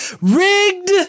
Rigged